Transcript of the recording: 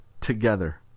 together